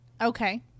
Okay